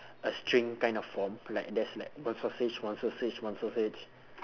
a string kind of form like there's like one sausage one sausage one sausage